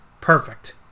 Perfect